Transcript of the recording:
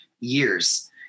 years